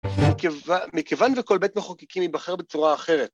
מכיוון וכל בית מחוקקים ייבחר בצורה אחרת.